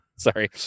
Sorry